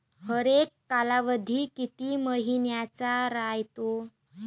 हरेक कालावधी किती मइन्याचा रायते?